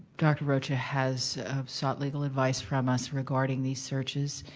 dr. rocha has sought legal advice from us regarding these searches.